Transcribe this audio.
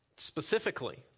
specifically